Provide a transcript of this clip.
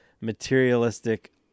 materialistic